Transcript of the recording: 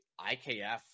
IKF